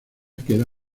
queda